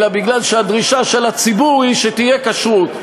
אלא מםני שהדרישה של הציבור היא שתהיה כשרות.